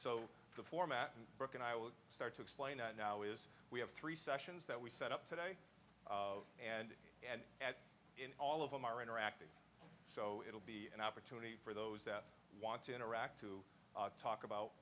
so the format and book and i will start to explain that now is we have three sessions that we set up today and and at all of them are interactive so it will be an opportunity for those that want to interact to talk